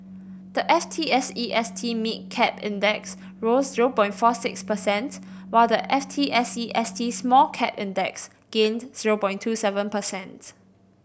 the F T S E S T Mid Cap Index rose zero point four six percents while the F T S E S T Small Cap Index gained zero point two seven percents